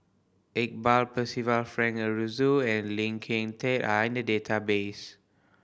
Iqbal Percival Frank Aroozoo and Lee Kin Tat are in the database